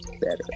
better